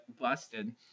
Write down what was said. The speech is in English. busted